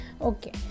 Okay